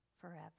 forever